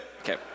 Okay